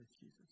Jesus